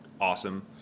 awesome